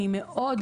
אני מאוד,